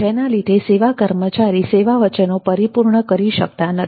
જેના લીધે સેવા કર્મચારી સેવા વચનો પરિપૂર્ણ કરી શકતા નથી